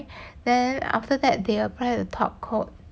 then after that they apply the top coat